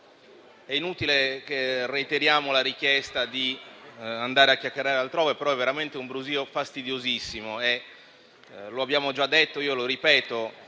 è inutile che ritiriamo la richiesta di andare a chiacchierare altrove, però è veramente un brusio fastidiosissimo. Lo abbiamo già detto e io lo ripeto: